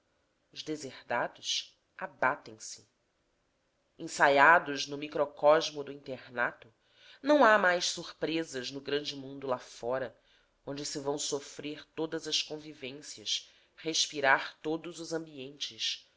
os deserdados abatem se ensaiados no microcosmo do internato não há mais surpresas no grande mundo li fora onde se vão sofrer todas as convivências respirar todos os ambientes